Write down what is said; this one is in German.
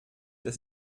das